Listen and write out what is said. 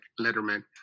Letterman